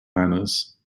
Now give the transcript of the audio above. manners